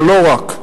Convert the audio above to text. אבל לא רק,